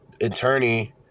attorney